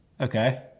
Okay